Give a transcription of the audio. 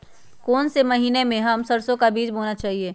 कौन से महीने में हम सरसो का बीज बोना चाहिए?